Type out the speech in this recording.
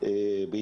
התשי"ג-1953 (להלן,